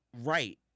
right